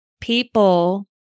people